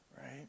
Right